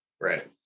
Right